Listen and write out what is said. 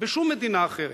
בשום מדינה אחרת.